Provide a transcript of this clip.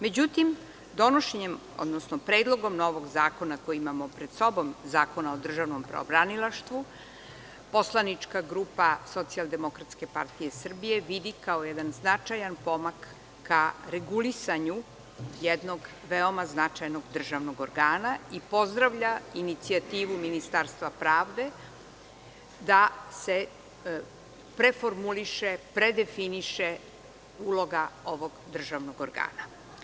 Međutim, donošenjem, odnosno predlogom novog zakona koji imamo pred sobom, Zakona o državnom pravobranilaštvu poslanička SDPS vidi kao jedan značajan pomak ka regulisanju jednog veoma značajnog državnog organa i pozdravlja inicijativu Ministarstva pravde da se preformuliše, predefiniše uloga ovog državnog organa.